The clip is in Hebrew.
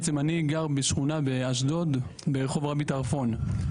אני בעצם גר בשכונה באשדוד ברחוב רבי טרפון,